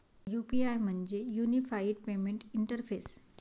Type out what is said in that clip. UPI म्हणजे unified payment interface